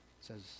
says